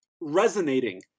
resonating